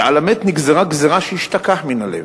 שעל המת נגזרה גזירה שישתכח מן הלב,